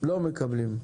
לא מקבלים.